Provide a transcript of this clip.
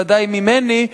ודאי ממני,